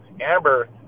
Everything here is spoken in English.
Amber